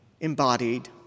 embodied